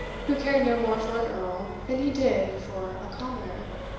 who cared no more for an earl than he did for a commoner,